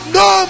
no